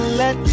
let